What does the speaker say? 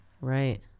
Right